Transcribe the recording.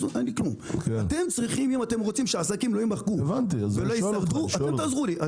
אם אתם רוצים שהעסקים לא יימחקו אז תעזרו לנו.